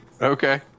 Okay